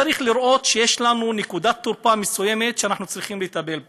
צריך לראות שיש לנו נקודת תורפה מסוימת שאנחנו צריכים לטפל בה.